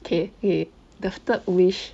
K eh the third wish